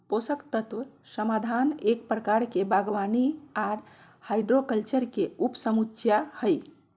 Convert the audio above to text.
पोषक तत्व समाधान एक प्रकार के बागवानी आर हाइड्रोकल्चर के उपसमुच्या हई,